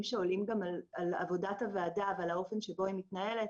שעולים על עבודת הוועדה ועל האופן שבו היא מתנהלת